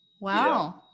Wow